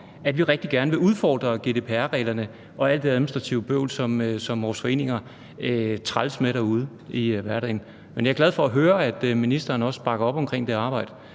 at vi rigtig gerne vil udfordre GDPR-reglerne og alt det administrative bøvl, som vores foreninger trækkes med derude i hverdagen. Men jeg er glad for at høre, at ministeren også bakker op om det arbejde,